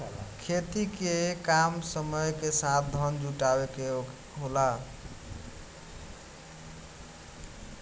खेती के काम समय के साथ धन जुटावे के होला